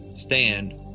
Stand